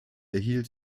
erhielt